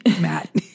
Matt